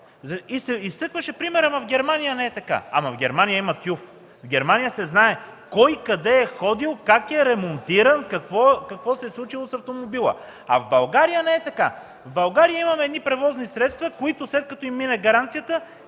Изтъкваше се примерът, че в Германия не е така, но в Германия се знае кой къде е ходил, как е ремонтирал, какво се е случило с автомобила, а в България не е така. В България има едни превозни средства, на които след като им мине гаранцията